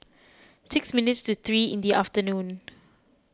six minutes to three in the afternoon